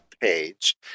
page